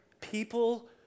people